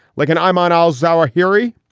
like and i'm on al zawahiri.